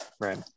Right